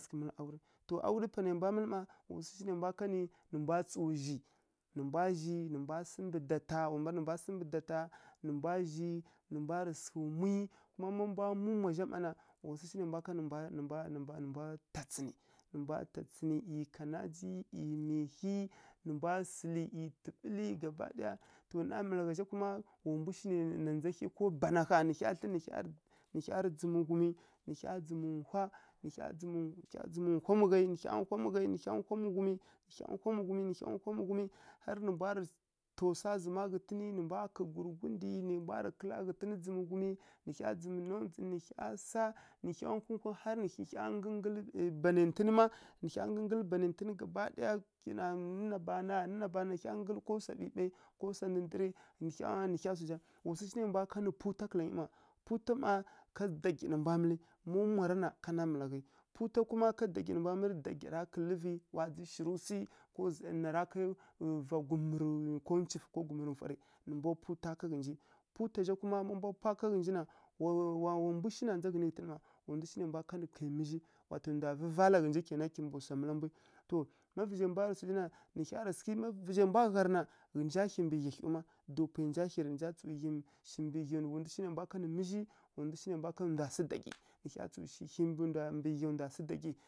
Mǝlǝ aure, to aure panai mbwa mma wa swu shi nai mbwa kanǝ nǝ mbwa tsǝw zhi, nǝ mbwa zhi nǝ mbwa sǝmbǝ data, sǝmbǝ data nǝ mbwa zhi nǝ mbwarǝ sǝghǝ muyi, kuma má mbwa mu mwa zha mma na wa swu shi nai mbwa kanǝ ta tsǝnǝ ˈyi kanaji ˈyi mihi nǝ mbwa ˈyi tǝɓǝlǝ gaba ɗaya to namalagha zha kuma wa mbu shi na ndza hyi ko bana ƙha nǝ hya thlǝ nǝ hya dzǝ ghumi nǝ hya dzǝmǝ nhwa, nǝ hy nhw, nǝ hya nhwa, nǝ hya nhwa, nǝ hya nhwa mughumǝ harǝ nǝ mbwa rǝ taw swa zǝma ghǝtǝnǝ nǝ mbwa kǝi gurǝgundi nǝ mbwa kǝ́la ghǝtǝnǝ dzǝmǝ ghumǝ nǝ hya dzǝmǝ ndzondzǝ nǝ hya hun nhwa harǝ nǝ hya ngǝngǝlǝnǝ hya ngǝngǝlǝ ˈyi banaintǝn má nǝ hya ngǝngǝlǝ ˈyi banaintǝnǝ má ngǝngǝlǝ nǝ hya ngǝngǝlǝ na bana na bana nǝ hya ngǝngǝlǝ ko swa ɓǝɓai ko swa ndǝrǝ nǝ hya nǝ hya swu zha. Wa swu shi nai mbwa kanǝ putwa kǝla ghǝnyi putwa má ká dagyi nǝ mbwa mǝlǝ má mwara na ká namalaghǝ utwa kuma ká dagyi nǝ mbwa mǝlǝ dagyara kǝ́lǝ́vǝ wa dzǝ shirǝ swi ko zalǝ nara kai ko va gumǝrǝ ncufǝ ko gumǝrǝ nfwarǝ nǝ mbwa putwa ka ghǝnji putwa zha kuma má mbwa pwa ká ghǝnji na wa ndu shi na ndzǝ ndza rǝ pwangǝ wa to kaimǝzhi ndwa vǝ vala ghǝnji kena kimbǝ swa mǝ mǝla mbwi má vǝzhi mbwarǝ swu zha na, má vǝzha mbwarǝ gha rǝ na nǝ hya rǝ sǝ nǝ nja hi mbǝ ghyi hǝw má daw pwai nja hi rɨ wa ndu shi nai mbwa kanǝ mǝzhi wa ndu shi ndwai mbwa nǝ ndwa sǝ dagyi nǝ hya tsǝw hi hi mbǝ ghya ndwa sǝ dagyi.